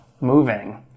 moving